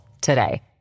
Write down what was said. today